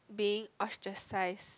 being ostracised